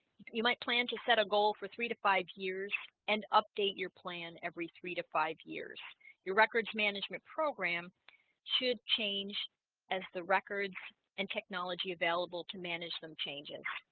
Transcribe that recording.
you might plan to set a goal for three to five years and update your plan every three to five years your records management program should change as the records and technology available to manage them changes